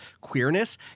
queerness